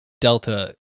Delta